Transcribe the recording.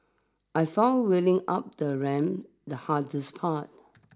I found wheeling up the ramp the hardest part